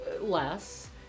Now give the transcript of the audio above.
less